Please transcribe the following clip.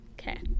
Okay